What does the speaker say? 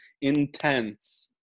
intense